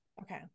Okay